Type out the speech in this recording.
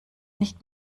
nicht